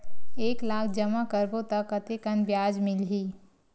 एक लाख जमा करबो त कतेकन ब्याज मिलही?